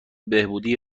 بهبودی